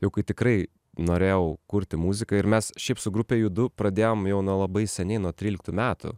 jau kai tikrai norėjau kurti muziką ir mes šiaip su grupe judu pradėjom jau nuo labai seniai nuo tryliktų metų